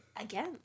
Again